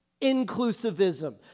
inclusivism